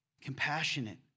Compassionate